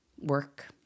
work